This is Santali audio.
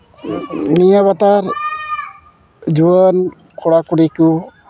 ᱱᱤᱭᱟ ᱵᱟᱛᱟᱨ ᱡᱩᱣᱟᱹᱱ ᱠᱚᱲᱟᱼᱠᱩᱲᱤ ᱠᱚ